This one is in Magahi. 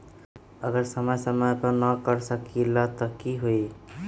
अगर समय समय पर न कर सकील त कि हुई?